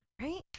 right